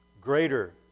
greater